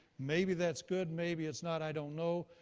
maybe that's good. maybe it's not. i don't know.